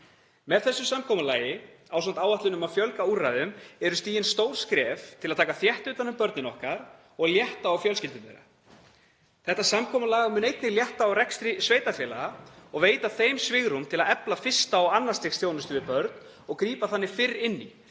Með þessu samkomulagi, ásamt áætlun um að fjölga úrræðum, eru stigin stór skref til að taka þétt utan um börnin okkar og létta á fjölskyldum þeirra. Þetta samkomulag mun einnig létta á rekstri sveitarfélaga og veita þeim svigrúm til að efla fyrsta og annars stigs þjónustu við börn og grípa þannig fyrr inn í